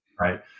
Right